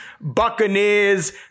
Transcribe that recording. Buccaneers